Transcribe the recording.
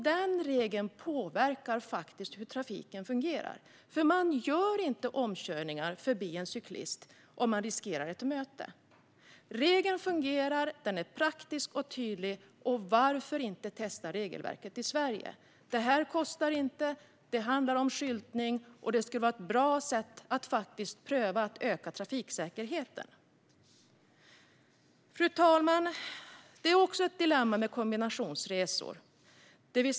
Denna regel påverkar faktiskt hur trafiken fungerar, för man gör inte omkörningar förbi en cyklist om man riskerar ett möte. Regeln fungerar. Den är praktisk och tydlig. Varför inte testa detta regelverk i Sverige? Det kostar ingenting, utan det handlar om skyltning. Det skulle vara ett bra sätt att pröva att öka trafiksäkerheten. Fru talman! Vi har också ett dilemma med kombinationsresor.